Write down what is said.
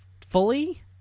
fully